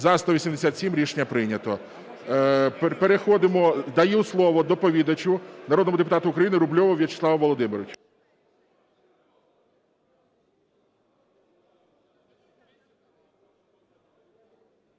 За-187 Рішення прийнято. Переходимо... Даю слово доповідачу, народному депутату України Рубльову Вячеславу Володимировичу.